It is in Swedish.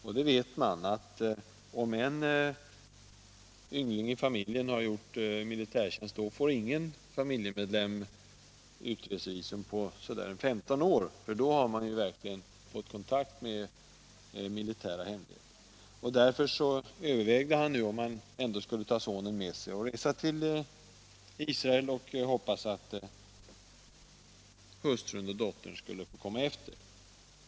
Och man vet att om en yngling i familjen har gjort militärtjänst får ingen familjemedlem utresevisum på ungefär 15 år, för då har man verkligen fått kontakt med militära hemligheter. Därför övervägde han om han ändå skulle ta sonen med sig och resa till Israel och hoppas att hustrun och dottern skulle få komma efter.